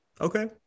Okay